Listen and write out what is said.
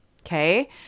okay